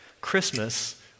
Christmas